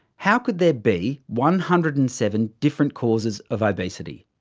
how could there be one hundred and seven different causes of obesity?